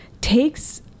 takes